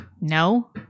No